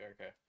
Okay